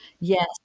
Yes